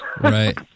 Right